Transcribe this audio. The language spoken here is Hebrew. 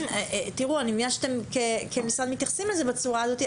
אני מבינה שאתם כמשרד מתייחסים לזה בצורה הזו,